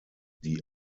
die